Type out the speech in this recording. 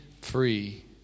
free